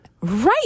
Right